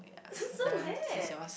so so bad